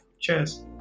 cheers